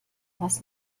was